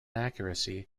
accuracy